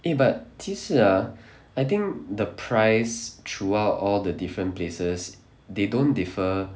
eh but 其实 ah I think the price throughout all the different places they don't differ